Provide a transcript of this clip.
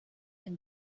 can